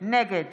נגד